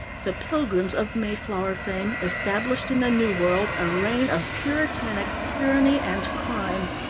the pilgrims of mayflower fame established in the new world a reign of puritanic tyranny and crime.